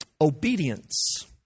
Obedience